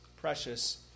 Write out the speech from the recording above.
precious